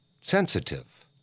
Sensitive